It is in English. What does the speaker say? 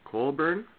Colburn